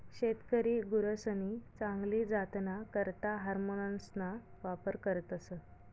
शेतकरी गुरसनी चांगली जातना करता हार्मोन्सना वापर करतस